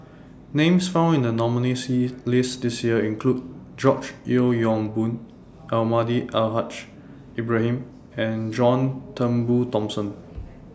Names found in The nominees' list This Year include George Yeo Yong Boon Almahdi Al Haj Ibrahim and John Turnbull Thomson